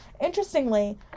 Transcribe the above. Interestingly